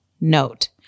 note